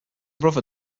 brother